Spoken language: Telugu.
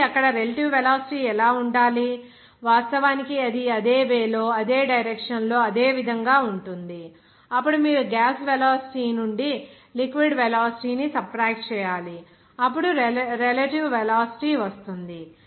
కాబట్టి అక్కడ రెలెటివ్ వెలాసిటీ ఎలా ఉండాలి వాస్తవానికి అది అదే వే లో అదే డైరెక్షన్ లో అదే విధంగా ఉంటుంది అప్పుడు మీరు గ్యాస్ వెలాసిటీ నుండి లిక్విడ్ వెలాసిటీ ని సబ్ట్రాక్ట్ చేయాలి అప్పుడు రెలెటివ్ వెలాసిటీ వస్తుంది